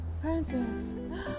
Francis